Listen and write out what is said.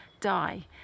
die